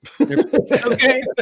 Okay